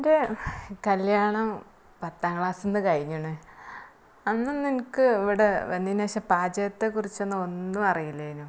എന്റെ കല്യാണം പത്താം ക്ലാസിൽ നിന്ന് കഴിഞ്ഞണ് അന്ന് ഒന്നും എനിക്ക് ഇവിടെ വന്നതിന് ശേഷം പാചകത്തെ കുറിച്ചൊന്നും ഒന്നും അറിയില്ലെനു